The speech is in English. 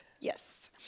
Yes